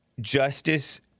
Justice